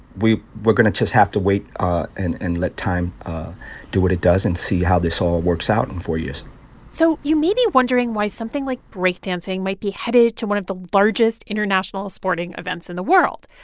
we we're going to just have to wait ah and and let time do what it does and see how this all works out in four years so you may be wondering why something like break dancing might be headed to one of the largest international sporting events in the world.